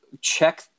check